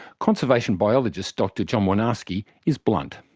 conservation biologist dr john woinarski is blunt.